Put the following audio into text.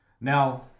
Now